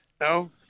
No